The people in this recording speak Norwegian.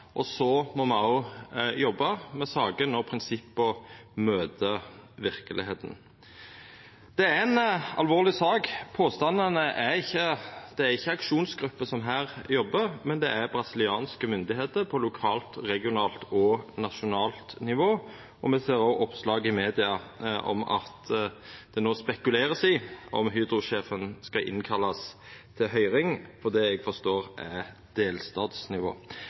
– så må me også jobba med sakene når prinsippa møter verkelegheita. Det er ei alvorleg sak. Påstandane kjem ikkje frå ei aksjonsgruppe, men frå brasilianske myndigheiter på lokalt, regionalt og nasjonalt nivå. Me ser også oppslag i media om at det vert spekulert i om Hydro-sjefen skal innkallast til høyring på det eg forstår er